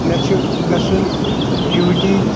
مےٚ چھُ گژھُن ڈیوٚٹی